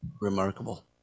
remarkable